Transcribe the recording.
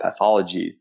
pathologies